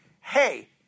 hey